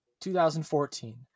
2014